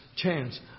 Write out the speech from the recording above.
Chance